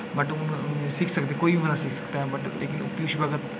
बट्ट हून सिक्खी सकदे कोई बी बंदा सिक्खी सकदा ऐ बट्ट लेकिन पीयूष भगत